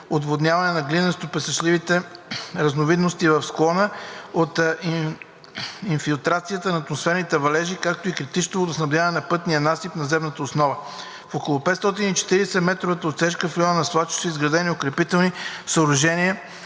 оводняване на глинесто-песъчливите разновидности в склона от инфилтрация на атмосферни валежи, както и критично водонасищане на пътния насип и земната основа. В около 540-метровата отсечка в района на свлачището са изградени укрепителни съоръжения